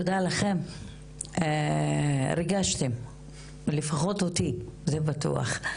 תודה לכם, ריגשתם לפחות אותי זה בטוח.